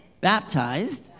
baptized